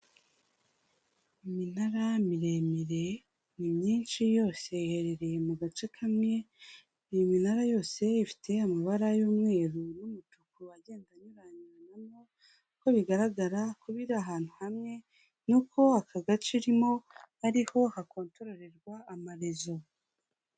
Iminara miremire ni myinshi yose iherereye mu gace kamwe, iyi minara yose ifite amabara y'umweru n'umutuku agenda anyuyuranamo, uko bigaragara kuba iri ahantu hamwe n'uko aka gace iriho bakontororera amarezo.